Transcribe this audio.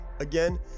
Again